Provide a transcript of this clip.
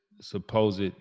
supposed